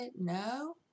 No